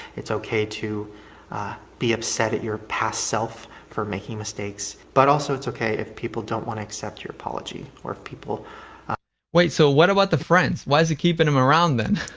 it's okay to be upset at your past self for making mistakes but also it's okay if people don't want to accept your apology or if people wait, so what about the friends? why is he keeping them around then?